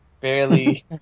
Barely